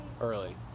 early